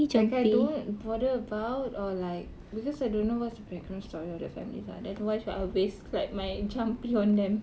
like I don't bother about or like because I don't know what's the background story of their families lah then why should I waste like my jampi on them